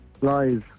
Lies